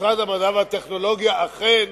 משרד המדע והטכנולוגיה אכן